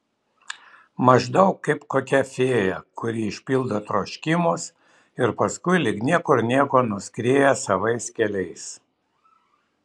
maždaug kaip kokia fėja kuri išpildo troškimus ir paskui lyg niekur nieko nuskrieja savais keliais